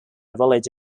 village